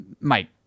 Mike